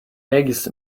eggs